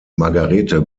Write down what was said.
margarete